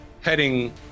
heading